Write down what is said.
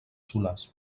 solars